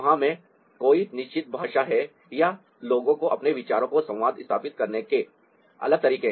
वहां मैं कोई निश्चित भाषा है या लोगों को अपने विचारों को संवाद स्थापित करने के अलग तरीके हैं